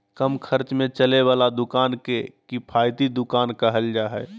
कम खर्च में चले वाला दुकान के किफायती दुकान कहल जा हइ